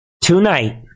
tonight